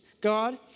God